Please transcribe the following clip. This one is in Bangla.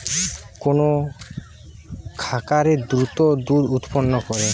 কোন খাকারে দ্রুত দুধ উৎপন্ন করে?